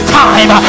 time